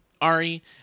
Ari